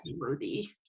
worthy